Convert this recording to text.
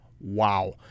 Wow